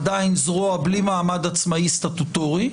עדיין זרוע בלי מעמד עצמאי סטטוטורי,